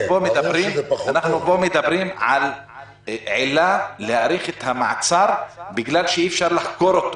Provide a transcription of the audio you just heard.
אנחנו מדברים כאן על עילה להאריך את המעצר בגלל שאי אפשר לחקור אותו.